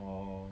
oh